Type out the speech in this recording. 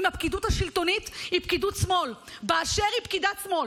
אם הפקידות השלטונית היא פקידות שמאל באשר היא פקידות שמאל,